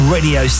Radio